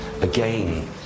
again